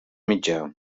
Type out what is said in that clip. mitjà